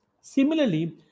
Similarly